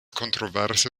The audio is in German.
kontroverse